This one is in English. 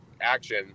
action